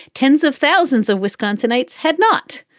tens of thousands of wisconsinites had not.